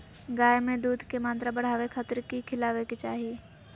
गाय में दूध के मात्रा बढ़ावे खातिर कि खिलावे के चाही?